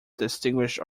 distinguished